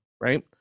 right